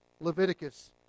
Leviticus